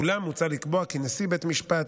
אולם מוצע לקבוע כי נשיא בית המשפט,